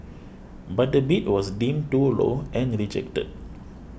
but the bid was deemed too low and rejected